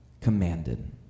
commanded